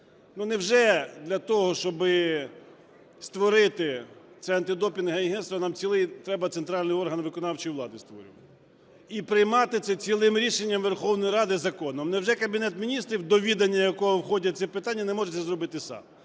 невже для того, щоб створити це антидопінгове агентство, нам цілий треба центральний орган виконавчої влади створювати і приймати це цілим рішенням Верховної Ради – законом? Невже Кабінет Міністрів, до відання якого входить це питання, не може це зробити сам?